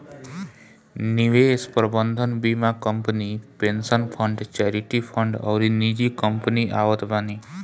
निवेश प्रबंधन बीमा company, pension fund, charity fund अउरी निजी कंपनी आवत बानी